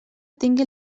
tingui